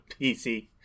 PC